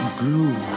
grew